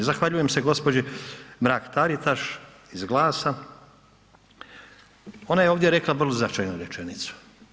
Zahvaljujem se gđi. Mrak Taritaš iz GLAS-a, ona je ovdje rekla vrlo značajnu rečenicu.